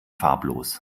farblos